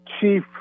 Chief